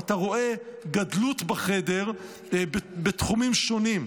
ואתה רואה גדלות בחדר בתחומים שונים.